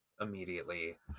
immediately